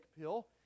pill